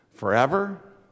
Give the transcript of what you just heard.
forever